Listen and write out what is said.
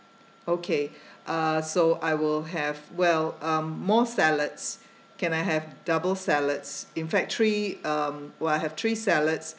okay uh so I will have well um more salads can I have double salads in fact three um well I have three salads